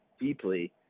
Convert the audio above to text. deeply